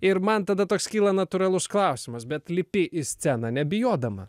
ir man tada toks kyla natūralus klausimas bet lipi į sceną nebijodama